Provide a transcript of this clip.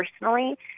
personally